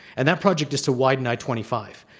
and that project is to widen i twenty five.